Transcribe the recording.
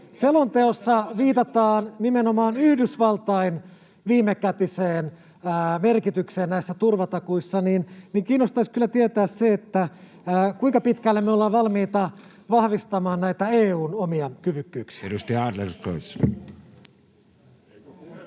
selonteossa viitataan nimenomaan Yhdysvaltain viimekätiseen merkitykseen näissä turvatakuissa, niin kiinnostaisi kyllä tietää se, kuinka pitkälle me ollaan valmiita vahvistamaan näitä EU:n omia kyvykkyyksiä. [Sanna Antikainen: